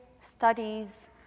studies